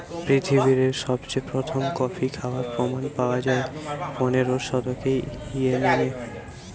পৃথিবীরে সবচেয়ে প্রথম কফি খাবার প্রমাণ পায়া যায় পনেরোর শতকে ইয়েমেনে